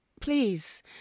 please